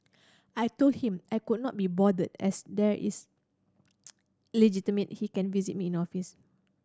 I told him I could not be bothered as there is legitimate he can visit me in office